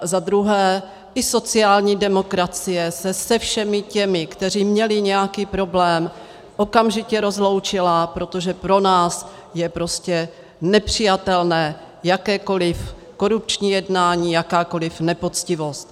Za druhé, i sociální demokracie se se všemi těmi, kteří měli nějaký problém, okamžitě rozloučila, protože pro nás je nepřijatelné korupční jednání, jakákoli nepoctivost.